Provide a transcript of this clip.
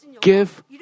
give